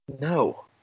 No